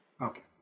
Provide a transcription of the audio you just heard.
Okay